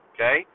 Okay